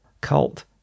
cult